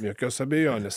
jokios abejonės